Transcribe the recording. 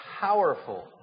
powerful